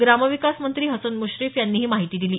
ग्रामविकास मंत्री हसन म्श्रीफ यांनी ही माहिती दिली